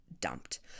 dumped